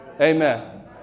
Amen